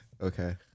Okay